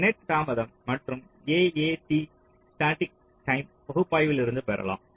net தாமதம் மற்றும் AAT static time பகுப்பாய்விலிருந்து பெறலாம்